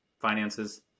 finances